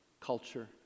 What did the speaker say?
culture